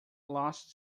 lost